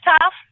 tough